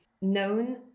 known